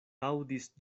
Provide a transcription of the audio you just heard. aŭdis